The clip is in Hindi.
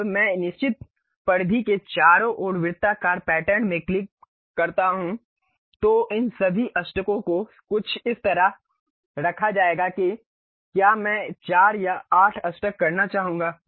अब जब मैं निश्चित परिधि के चारों ओर वृत्ताकार पैटर्न पर क्लिक करता हूं तो इन सभी अष्टकों को कुछ इस तरह रखा जाएगा कि क्या मैं 4 या 8 अष्टक करना चाहूंगा